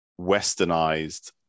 westernized